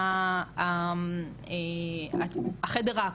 החדר האקוטי,